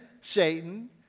Satan